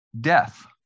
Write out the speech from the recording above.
Death